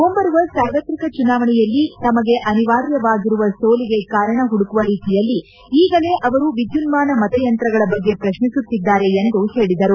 ಮುಂಬರುವ ಸಾರ್ವತ್ರಿಕ ಚುನಾವಣೆಯಲ್ಲಿ ತಮಗೆ ಅನಿವಾರ್ಯವಾಗಿರುವ ಸೋಲಿಗೆ ಕಾರಣ ಹುಡುಕುವ ರೀತಿಯಲ್ಲಿ ಈಗಲೇ ಅವರು ವಿದ್ಯುನ್ಮಾನ ಮತಯಂತ್ರಗಳ ಬಗ್ಗೆ ಪ್ರಶ್ನಿಸುತ್ತಿದ್ದಾರೆ ಎಂದು ಹೇಳಿದರು